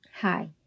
Hi